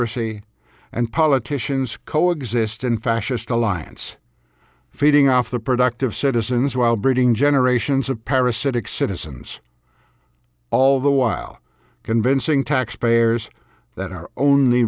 bureaucracy and politicians coexist in fascist alliance feeding off the productive citizens while breeding generations of parasitic citizens all the while convincing taxpayers that are only